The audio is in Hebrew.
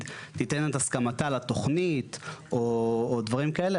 תיתן את הסכמתה לתוכנית או דברים כאלה.